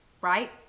right